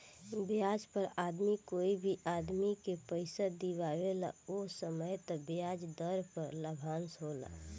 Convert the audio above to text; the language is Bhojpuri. ब्याज पर आदमी कोई भी आदमी के पइसा दिआवेला ओ समय तय ब्याज दर पर लाभांश होला